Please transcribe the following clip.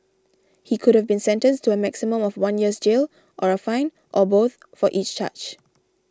he could have been sentenced to a maximum of one year's jail or a fine or both for each charge